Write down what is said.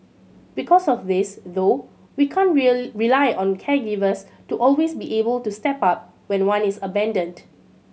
because of this though we can't rely on caregivers to always be able to step up when one is abandoned